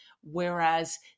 Whereas